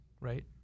right